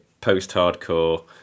post-hardcore